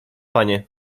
panie